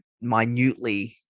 minutely